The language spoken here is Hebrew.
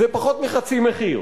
זה פחות מחצי מחיר,